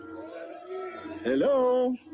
Hello